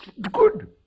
good